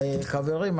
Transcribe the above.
חברים,